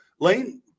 Lane